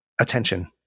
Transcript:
attention